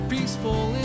Peaceful